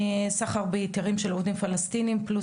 סחר בהיתרים של עובדים פלסטינים פלוס